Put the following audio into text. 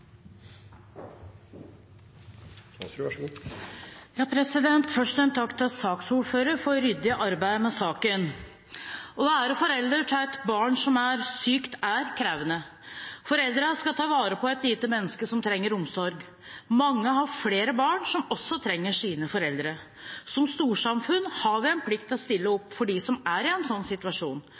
Først en takk til saksordføreren for et ryddig arbeid med saken. Å være forelder til et barn som er sykt, er krevende. Foreldrene skal ta vare på et lite menneske som trenger omsorg. Mange har flere barn som også trenger sine foreldre. Som storsamfunn har vi en plikt til å stille opp for dem som er i en sånn situasjon.